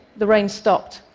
the rain stopped,